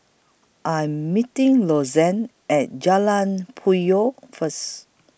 I'm meeting At Jalan Puyoh First